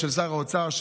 של שר האוצר,